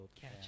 Catch